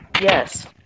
Yes